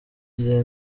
igihe